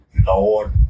Lord